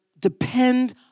depend